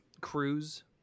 cruise